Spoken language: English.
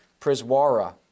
Priswara